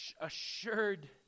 assured